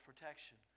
protection